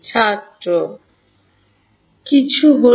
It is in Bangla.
ছাত্র দ্য কিছু ছিল